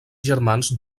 germans